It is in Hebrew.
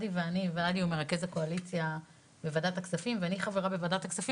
ולדימיר הוא מרכז הקואליציה בוועדת הכספים ואני חברה בוועדת הכספים